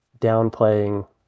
downplaying